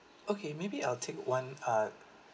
okay maybe I'll take one uh